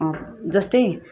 जस्तै